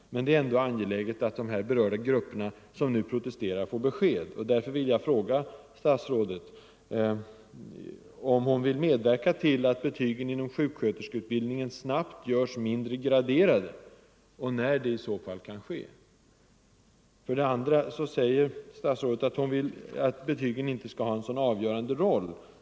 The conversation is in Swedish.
Men det är ändå angeläget att de grupper som nu protesterar får besked. Vidare säger statsrådet att betygen inte skall ha en så avgörande roll.